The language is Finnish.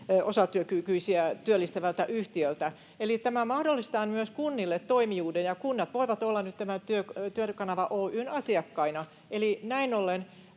osatyökykyisiä työllistävältä yhtiöltä. Eli tämä mahdollistaa myös kunnille toimijuuden, ja kunnat voivat olla nyt tämän Työkanava Oy:n asiakkaina, eli näin ollen